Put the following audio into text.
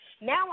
Now